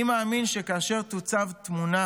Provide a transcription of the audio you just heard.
אני מאמין שכאשר תוצב תמונה